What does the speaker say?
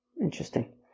Interesting